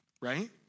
right